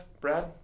Brad